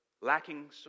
lacking